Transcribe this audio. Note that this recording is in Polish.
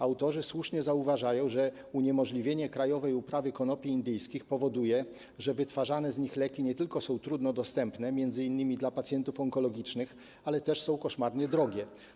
Autorzy słusznie zauważają, że uniemożliwienie krajowej uprawy konopi indyjskich powoduje, że wytwarzane z nich leki nie tylko są trudno dostępne m.in. dla pacjentów onkologicznych, ale też są koszmarnie drogie.